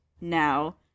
now